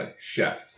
Chef